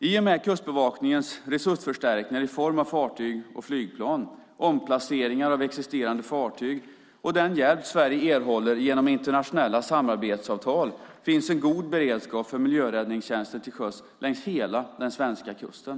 I och med Kustbevakningens resursförstärkningar i form av fartyg och flygplan, omplaceringar av existerande fartyg och den hjälp Sverige erhåller genom internationella samarbetsavtal finns en god beredskap för miljöräddningstjänst till sjöss längs hela den svenska kusten.